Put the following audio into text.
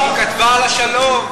היא כתבה על השלום,